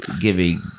giving